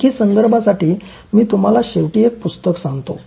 आणखी संदर्भासाठी मी तुम्हाला शेवटी एक पुस्तक सांगतो